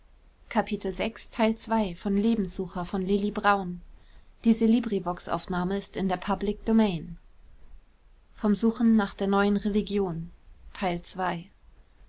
kapitel vom suchen nach der neuen religion